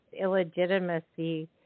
illegitimacy